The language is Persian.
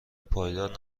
پایدار